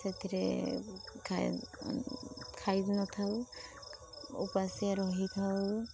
ସେଥିରେ ଖାଇ ଖାଇ ନଥାଉ ଉପାସିଆ ରହିଥାଉ